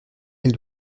elle